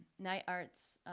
knight arts-funded